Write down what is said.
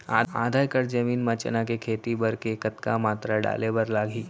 आधा एकड़ जमीन मा चना के खेती बर के कतका मात्रा डाले बर लागही?